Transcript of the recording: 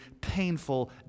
painful